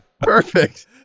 Perfect